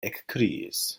ekkriis